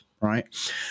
right